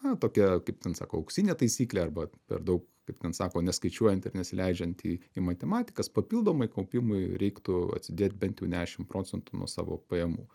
na tokia kaip ten sako auksinė taisyklė arba perdaug kaip ten sako neskaičiuojant ir nesileidžiant į į matematikas papildomai kaupimui reiktų atsidėti bent jau dešimt procentų nuo savo pajamų